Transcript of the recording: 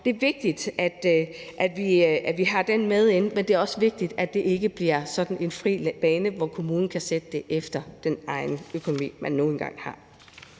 Det er vigtigt, at vi har det med, men det er også vigtigt, at det ikke bliver sådan en fri bane, hvor kommunen kan sætte det efter den økonomi, man nu engang har.